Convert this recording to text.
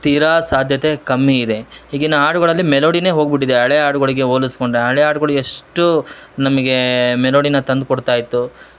ತೀರಾ ಸಾಧ್ಯತೆ ಕಮ್ಮಿ ಇದೆ ಈಗಿನ ಹಾಡುಗಳಲ್ಲಿ ಮೆಲೋಡಿನೇ ಹೋಗ್ಬಿಟ್ಟಿದೆ ಹಳೆ ಹಾಡುಗಳಳಿಗೆ ಹೋಲಿಸ್ಕೊಂಡರೆ ಹಳೆ ಹಾಡುಗುಳಿಗೆ ಎಷ್ಟು ನಮಗೆ ಮೆಲೋಡಿನ ತಂದ್ಕೊಡ್ತಾ ಇತ್ತು